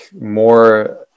more